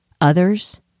others